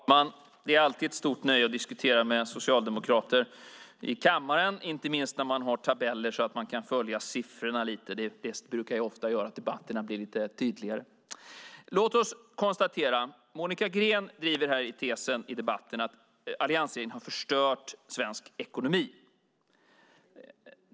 Herr talman! Det är alltid ett stort nöje att diskutera med socialdemokrater i kammaren, inte minst när man har tabeller så att man kan följa siffrorna lite. Det brukar ofta göra att debatterna blir lite tydligare. Monica Green driver i debatten tesen att alliansregeringen har förstört svensk ekonomi.